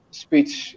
speech